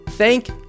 Thank